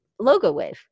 Logowave